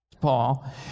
Paul